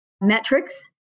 metrics